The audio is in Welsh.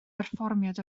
berfformiad